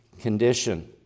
condition